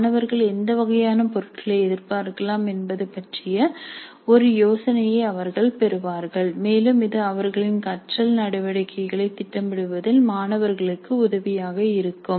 மாணவர்கள் எந்த வகையான பொருட்களை எதிர்பார்க்கலாம் என்பது பற்றிய ஒரு யோசனையை அவர்கள் பெறுவார்கள் மேலும் இது அவர்களின் கற்றல் நடவடிக்கைகளைத் திட்டமிடுவதில் மாணவர்களுக்கு உதவியாக இருக்கும்